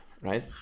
right